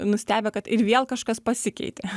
nustebę kad ir vėl kažkas pasikeitė